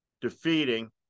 defeating